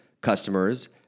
customers